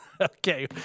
Okay